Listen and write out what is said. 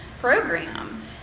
program